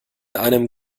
einem